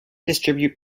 distribute